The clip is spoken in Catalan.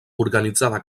organitzada